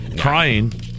crying